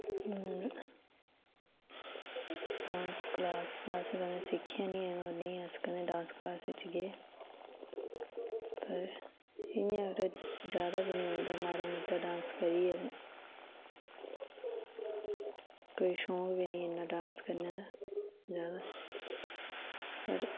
dance class कदैं असैं सिक्खेआ नी ऐ नां अस कदैं डांस क्लास च गे ते इयां जादा बी नी औंदा ऐ माड़ा मुट्टा डांस करी लैन्ने ते शौक बी नी इन्ना डांस करने दा ना और